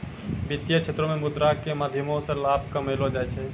वित्तीय क्षेत्रो मे मुद्रा के माध्यमो से लाभ कमैलो जाय छै